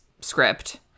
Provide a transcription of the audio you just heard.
script